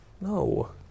No